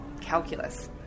calculus